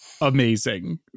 amazing